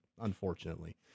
unfortunately